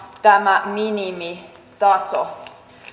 tämä minimitaso